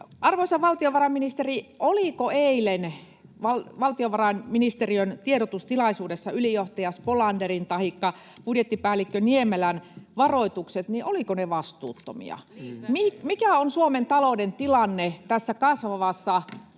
Arvoisa valtiovarainministeri, olivatko eilen valtiovarainministeriön tiedotustilaisuudessa ylijohtaja Spolanderin tahikka budjettipäällikkö Niemelän varoitukset vastuuttomia? Mikä on Suomen talouden tilanne korkojen